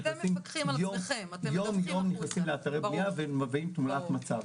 נכנסים יום יום לאתרי בניה ומביאים תמונת מצב.